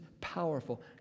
powerful